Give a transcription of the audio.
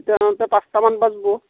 তেতিয়াহলে পাঁচটামান বাজব